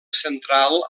central